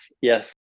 yes